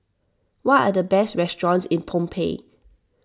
what are the best restaurants in Phnom Penh